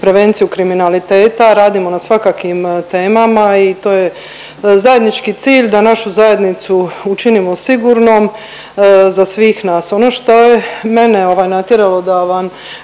prevenciju kriminaliteta, radimo na svakakvim temama i to je zajednički cilj da našu zajednicu učinimo sigurnom za svih nas. Ono što je mene ovaj natjeralo da vam